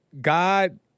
God